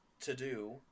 to-do